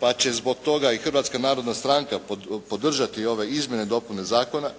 pa će zbog toga i Hrvatska narodna stranka podržati ove Izmjene i dopune zakona,